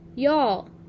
Y'all